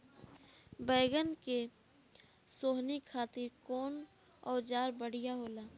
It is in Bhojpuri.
बैगन के सोहनी खातिर कौन औजार बढ़िया होला?